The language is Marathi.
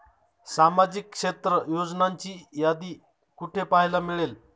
सामाजिक क्षेत्र योजनांची यादी कुठे पाहायला मिळेल?